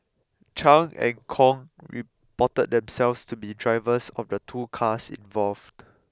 Chan and Kong reported themselves to be drivers of the two cars involved